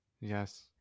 Yes